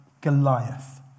Goliath